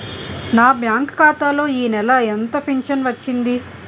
నా బ్యాంక్ ఖాతా లో ఈ నెల ఎంత ఫించను వచ్చింది?